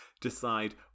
decide